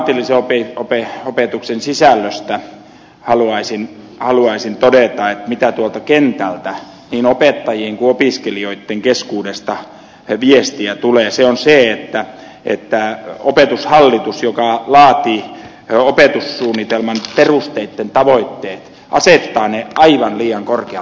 tämän ammatillisen opetuksen sisällöstä haluaisin todeta mitä tuolta kentältä niin opettajien kuin opiskelijoitten keskuudesta viestiä tulee ja viesti on se että opetushallitus joka laatii opetussuunnitelman perusteitten tavoitteet asettaa ne aivan liian korkealle tasolle